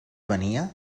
venia